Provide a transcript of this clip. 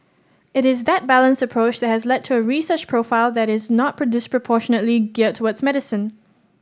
it is that balanced approach that has led to a research profile that is not disproportionately geared towards medicine